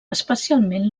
especialment